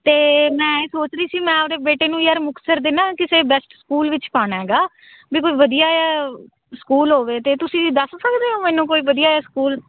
ਅਤੇ ਮੈਂ ਇਹ ਸੋਚ ਰਹੀ ਸੀ ਮੈਂ ਆਪਣੇ ਬੇਟੇ ਨੂੰ ਯਾਰ ਮੁਕਤਸਰ ਦੇ ਨਾ ਕਿਸੇ ਬੈਸਟ ਸਕੂਲ ਵਿੱਚ ਪਾਉਣਾ ਹੈਗਾ ਵੀ ਕੋਈ ਵਧੀਆ ਸਕੂਲ ਹੋਵੇ ਤਾਂ ਤੁਸੀਂ ਦੱਸ ਸਕਦੇ ਹੋ ਮੈਨੂੰ ਕੋਈ ਵਧੀਆ ਜਿਹਾ ਸਕੂਲ